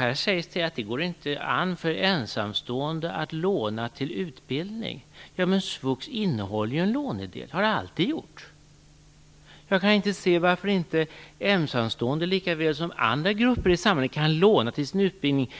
Här sägs det att det inte går an för ensamstående att låna till utbildning. Men svux innehåller en lånedel och har alltid gjort det. Jag kan inte se varför inte ensamstående lika väl som andra grupper i samhället kan låna till sin utbildning.